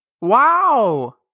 Wow